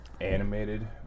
animated